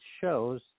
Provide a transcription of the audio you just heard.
shows